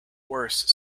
worse